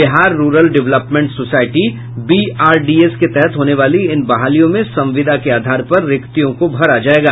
Bihar rural development society BRDS के तहत होने वाली इन बहालियों में संविदा के आधार पर रिक्तियों को भरा जायेगा